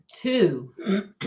Two